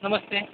नमस्ते